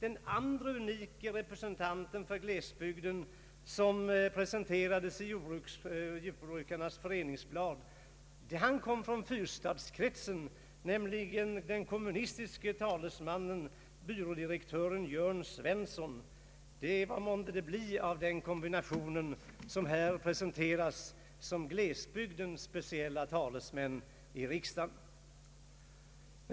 En annan unik representant för glesbygden kom från Fyrstadskretsen, nämligen den kommunistiske byrådirektören Jörn Svensson. Vad månde det bli av den kombination som här presenterades som glesbygdens speciella talesmän i riksdagen?